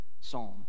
psalm